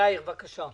יאיר פינס, בבקשה.